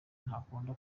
ntakunda